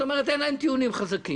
זאת אומרת שאין להם טיעונים חזקים.